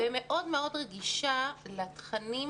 ומאוד מאוד רגישה לתכנים